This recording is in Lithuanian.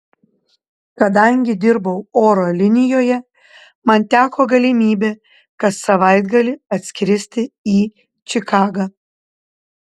kadangi dirbau oro linijoje man teko galimybė kas savaitgalį atskristi į čikagą